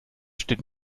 steht